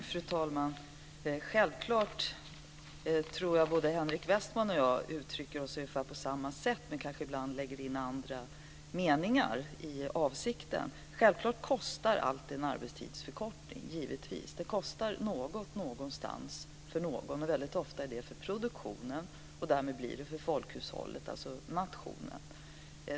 Fru talman! Henrik Westman och jag uttrycker oss på ungefär samma sätt men lägger kanske ibland in andra meningar i avsikten. Självklart kostar alltid en arbetstidsförkortning. Den kostar något någonstans för någon. Väldigt ofta är det för produktionen, och därmed blir det för folkhushållet, alltså nationen.